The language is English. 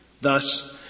Thus